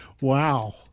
Wow